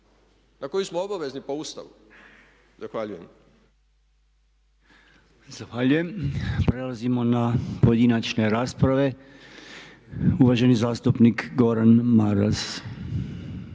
na koju smo obavezni po Ustavu. **Podolnjak, Robert (MOST)** Zahvaljujem. Prelazimo na pojedinačne rasprave. Uvaženi zastupnik Gordan Maras.